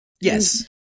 Yes